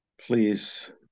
please